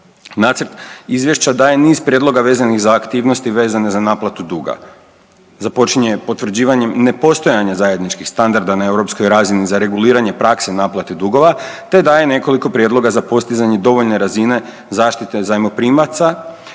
Nacrt Izvješća daje niz prijedloga vezanih za aktivnosti vezane za naplatu duga. Započinje potvrđivanjem nepostojanja zajedničkih standarda na europskoj razini za reguliranje prakse naplate dugova te daje nekoliko prijedloga za postizanje dovoljne razine zaštite zajmoprimaca